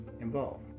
involved